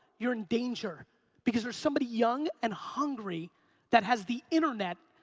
you're in danger because there's somebody young and hungry that has the internet,